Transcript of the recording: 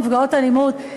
נפגעות אלימות,